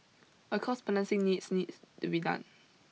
a cost balancing needs needs to be done